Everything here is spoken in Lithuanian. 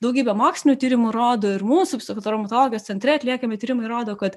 daugybė mokslinių tyrimų rodo ir mūsų psichotraumatologijos centre atliekami tyrimai rodo kad